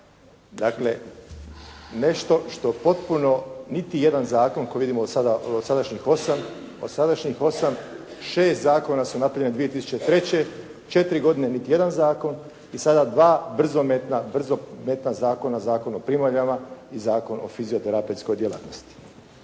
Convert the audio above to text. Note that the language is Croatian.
Dakle, nešto što potpuno niti jedan zakon koji vidimo od sadašnjih 8, 6 zakona su napravljeni 2003. Četiri godine niti jedan zakon i sada 2 brzometna, brzometna zakona Zakon o primaljama i Zakon o fizioterapeutskoj djelatnosti.